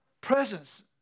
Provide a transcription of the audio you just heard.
presence